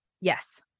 Yes